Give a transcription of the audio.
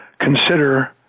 consider